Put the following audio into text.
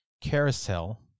Carousel